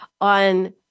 on